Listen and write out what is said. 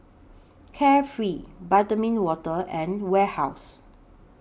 Carefree Vitamin Water and Warehouse